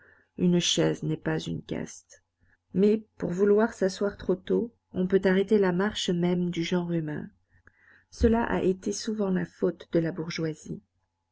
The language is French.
une chaise n'est pas une caste mais pour vouloir s'asseoir trop tôt on peut arrêter la marche même du genre humain cela a été souvent la faute de la bourgeoisie